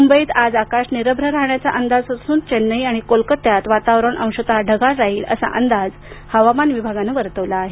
मुंबईत आज आकाश निरभ्र राहण्याचा अंदाज असून चेन्नई आणि कोलकत्यात वातावरण अंशत ढगाळ राहील असा अंदाज हवामान विभागानं वर्तवला आहे